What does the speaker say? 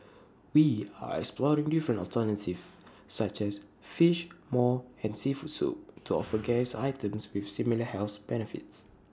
we are exploring different alternatives such as Fish Maw and Seafood Soup to offer guests items with similar health benefits